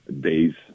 days